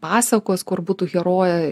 jam pasakos kur būtų herojai